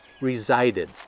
resided